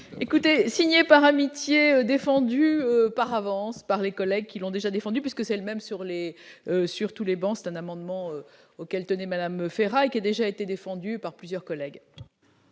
écoutez, signé par amitié, défendu par avance par les collègues qui l'ont déjà défendu puisque c'est le même sur les sur tous les bancs, c'est un amendement auquel tenez madame ferraille qui a déjà été défendue par plusieurs collègues.